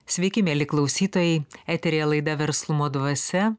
sveiki mieli klausytojai eteryje laida verslumo dvasia